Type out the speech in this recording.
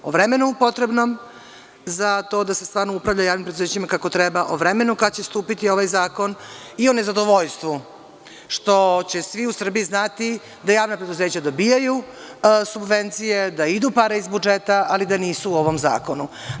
O vremenu potrebno za to da se stvarno upravlja javnim preduzećima kako treba, o vremenu kada će stupiti ovaj zakon i o nezadovoljstvu što će svi u Srbiji znati da javna preduzeća dobijaju subvencije, da idu pare iz budžeta, ali da nisu u ovom zakonu.